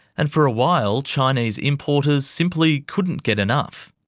and for a while chinese importers simply couldn't get enough.